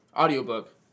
Audiobook